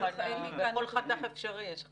בכל חתך אפשרי יש לך.